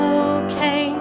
okay